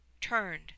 turned